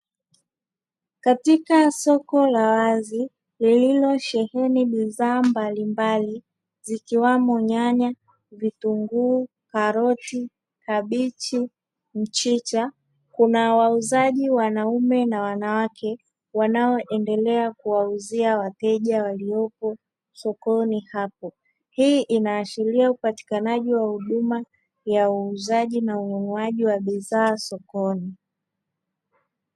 Katika soko la wazi lililo sheheni bidhaa mbalimbali zikiwamo: nyanya, vitunguu, karoti, kabichi, mchicha. Kuna wauzaji wanaume na wanawake wanoendelea kuwauzia wateja waliopo sokoni hapo. Hii inaashiria upatikanaji wa huduma ya uuzaji na ununuaji wa bidhaa sokoni.